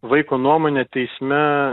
vaiko nuomonė teisme